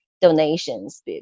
donations